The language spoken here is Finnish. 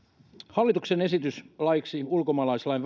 hallituksen esitys laiksi ulkomaalaislain